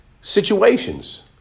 situations